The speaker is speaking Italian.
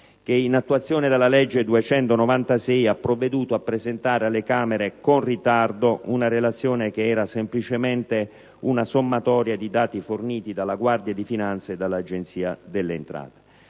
che, in attuazione della legge n. 296 del 2006, ha provveduto a presentare con ritardo alle Camere una relazione che era semplicemente una sommatoria di dati forniti dalla Guardia di finanza e dall'Agenzia delle entrate.